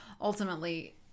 ultimately